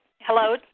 hello